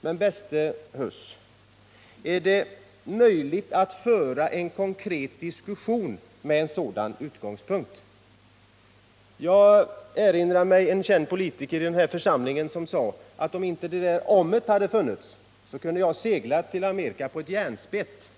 Men, bäste Erik Huss, är det möjligt att föra en konkret diskussion med en sådan utgångspunkt? Jag erinrar mig en känd politiker i den här församlingen som sade att om inte det där om-et hade funnits, så kunde han ha seglat till Amerika på ett järnspett.